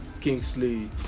Kingsley